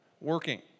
working